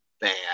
bad